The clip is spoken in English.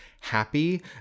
happy